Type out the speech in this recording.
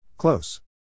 Close